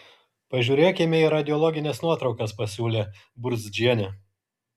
pažiūrėkime į radiologines nuotraukas pasiūlė burzdžienė